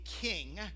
king